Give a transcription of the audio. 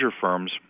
firms